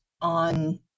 on